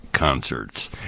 Concerts